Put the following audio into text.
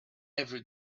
every